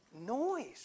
Noise